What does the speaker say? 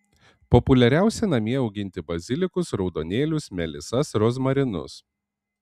populiariausia namie auginti bazilikus raudonėlius melisas rozmarinus